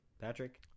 Patrick